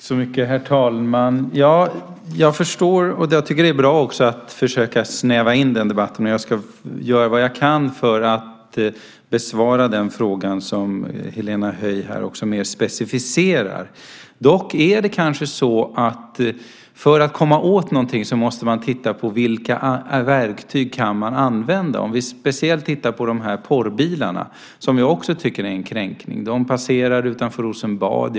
Herr talman! Jag tycker att det är bra att försöka snäva in debatten, och jag ska göra vad jag kan för att besvara den fråga som Helena Höij specificerar. För att komma åt någonting måste man titta på vilka verktyg man kan använda. Vi kan ta porrbilarna som exempel. Också jag tycker att de är en kränkning. De passerar utanför Rosenbad.